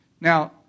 Now